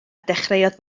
dechreuodd